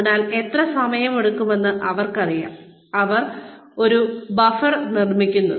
അതിനാൽ എത്ര സമയമെടുക്കുമെന്ന് അവർക്കറിയാം അവർ ഒരു ബഫർ നിർമ്മിക്കുന്നു